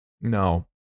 No